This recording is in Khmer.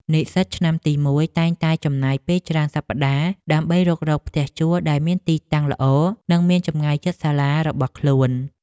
និស្សិតឆ្នាំទីមួយតែងតែចំណាយពេលច្រើនសប្តាហ៍ ដើម្បីរុករកផ្ទះជួលដែលមានទីតាំងល្អនិងមានចម្ងាយជិតសាលារបស់ខ្លួន។